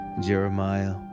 Jeremiah